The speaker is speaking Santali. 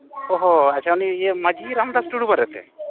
ᱚᱼᱦᱚᱸ ᱟᱪᱪᱷᱟ ᱩᱱᱤ ᱤᱭᱟᱹ ᱢᱟᱺᱡᱷᱤ ᱨᱟᱢᱫᱟᱥ ᱴᱩᱰᱩ ᱵᱟᱨᱮ ᱛᱮ